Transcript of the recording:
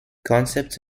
concepts